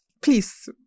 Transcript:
please